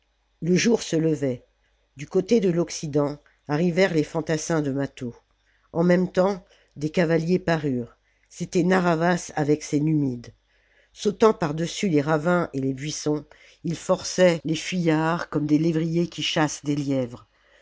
le jour se levait du côté de l'occident arrivèrent les fantassins de mâtho en même temps des cavaliers parurent c'était narr'havas avec ses numides sautant par-dessus les ravins et les buissons ils forçaient les fuyards comme des lévriers qui chassent des lièvres